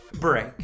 Break